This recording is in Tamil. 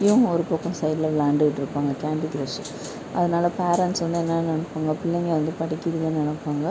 இவங்க ஒரு பக்கம் சைட்ல விளாயாண்டுக்கிட்டு இருப்பாங்கள் கேண்டி க்ரெஷ்ஷு அதனால பேரண்ட்ஸ் வந்து என்ன நினைப்பாங்க பிள்ளைங்கள் வந்து படிக்குதுகனு நினைப்பாங்க